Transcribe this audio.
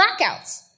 blackouts